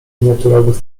miniaturowych